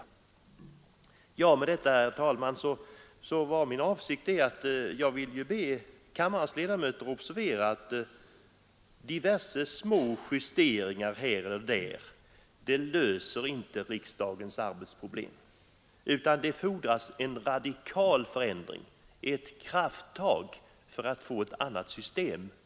Min avsikt med detta, herr talman, var att be kammarens ledamöter observera att diverse små justeringar här eller där inte löser riksdagens arbetsproblem. Det fordras en radikal förändring, ett krafttag, för att få ett annat system.